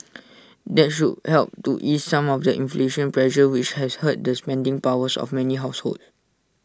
that should help to ease some of the inflation pressure which has hurt the spending power of many households